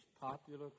popular